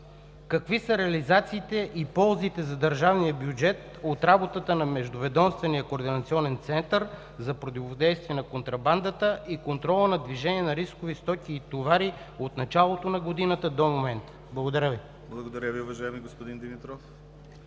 какви са реализациите и ползите за държавния бюджет от работата на Междуведомствения координационен център за противодействие на контрабандата и контрола на движение на рискови стоки и товари от началото на година до момента? Благодаря Ви. ПРЕДСЕДАТЕЛ ДИМИТЪР ГЛАВЧЕВ: Благодаря Ви, уважаеми господин Димитров.